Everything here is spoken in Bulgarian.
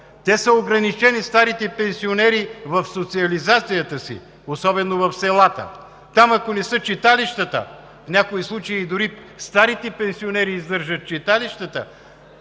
пенсионери са ограничени в социализацията си, особено в селата. Там, ако не са читалищата – в някои случаи дори старите пенсионери издържат читалищата,